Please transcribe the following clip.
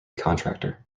contractor